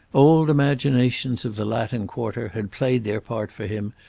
old imaginations of the latin quarter had played their part for him,